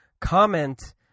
Comment